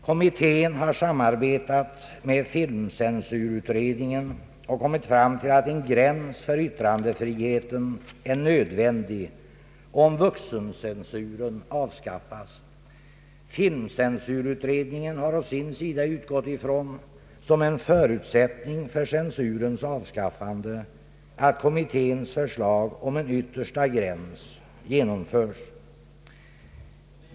Kommittén har samarbetat med filmcensurutredningen och kommit till uppfattningen att en gräns för yttrandefriheten är nödvändig om vuxencensuren avskaffas. Filmeensurutredningen har å sin sida — som en förutsättning för censurens avskaffande — utgått ifrån att kommitténs förslag om en yttersta gräns genomförs.